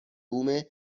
بوم